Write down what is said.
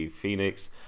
Phoenix